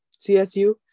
CSU